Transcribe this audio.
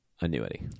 annuity